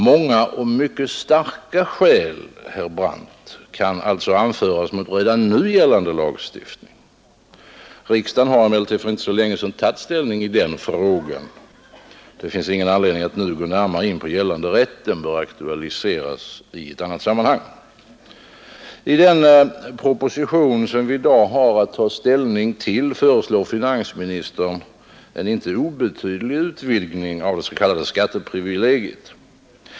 Många och mycket starka skäl kan alltså, herr Brandt, anföras mot redan nu gällande lagstiftning. Riksdagen har emellertid för inte så länge sedan tagit ställning i den frågan. Det finns därför ingen anledning att nu gå närmare in på gällande rätt. Den bör aktualiseras i ett annat sammanhang. I den proposition som vi i dag har att ta ställning till föreslår finansministern en inte obetydlig utvidgning av det s.k. skatteprivilegiet.